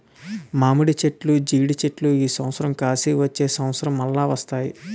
మామిడి చెట్లు జీడి చెట్లు ఈ సంవత్సరం కాసి వచ్చే సంవత్సరం మల్ల వస్తాయి